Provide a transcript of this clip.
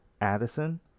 Addison